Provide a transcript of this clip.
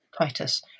Titus